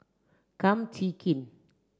Kum Chee Kin